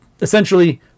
essentially